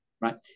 right